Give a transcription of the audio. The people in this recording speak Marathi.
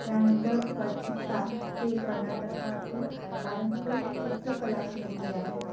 त्यानंतर क चित्तार हे कर्नाटकातील पारंपरिक चित्रकला शैली आहे